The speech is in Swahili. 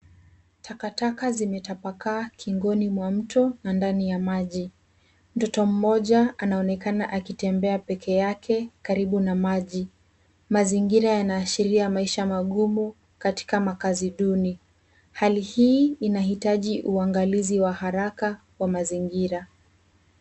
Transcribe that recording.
Takataka zimetapakaa kingoni mwa mto na ndani ya maji. Mtoto mmoja anaonekana akitembea pekee yake karibu na maji. Mazingira yanaashiria maisha magumu katika makazi duni. Hali hii inahitaji uangalizi wa haraka wa mazingira.